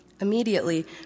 Immediately